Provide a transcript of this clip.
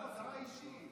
הודעה אישית.